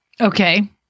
Okay